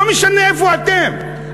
לא משנה איפה אתם,